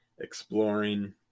exploring